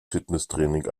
fitnesstraining